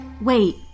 Wait